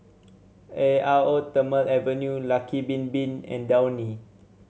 Eau Thermale Avene Lucky Bin Bin and Downy